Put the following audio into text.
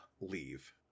leave